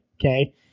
okay